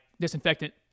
disinfectant